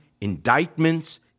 indictments